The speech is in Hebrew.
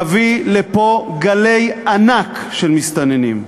תביא לפה גלי ענק של מסתננים.